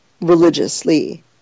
religiously